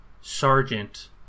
sergeant